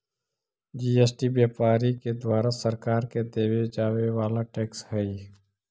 GST व्यापारि के द्वारा सरकार के देवे जावे वाला टैक्स हई